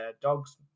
dogs